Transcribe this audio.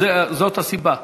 זאת הסיבה.